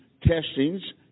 testings